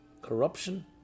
corruption